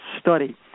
study